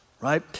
right